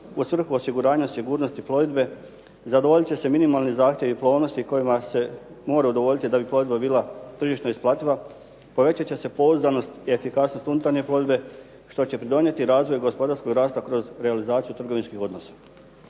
u svrhu osiguranja sigurnosti plovidbe, zadovoljit će se minimalni zahtjevi plovnosti kojima se mora udovoljiti da bi plovidba bila tržišno isplativa, povećat će pouzdanost i efikasnost unutarnje plovidbe što će pridonijeti razvoju gospodarskog rasta kroz realizaciju trgovinskih odnosa.